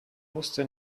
wusste